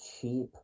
cheap